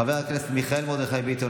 חבר הכנסת מיכאל מרדכי ביטון,